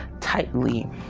tightly